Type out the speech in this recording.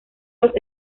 los